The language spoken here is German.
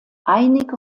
einige